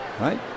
right